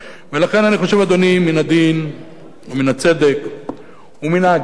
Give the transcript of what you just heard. לכן, אדוני, מן הדין ומן הצדק ומן ההגינות